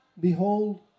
Behold